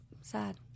sad